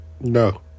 No